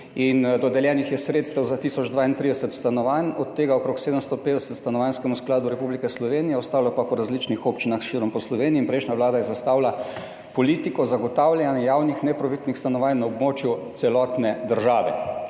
Dodeljenih je bilo sredstev za tisoč 32 stanovanj, od tega okrog 750 Stanovanjskemu skladu Republike Slovenije, ostalo pa po različnih občinah širom Slovenije. Prejšnja vlada je zastavila politiko zagotavljanja javnih neprofitnih stanovanj na območju celotne države.